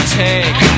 take